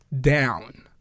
down